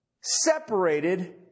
separated